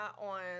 on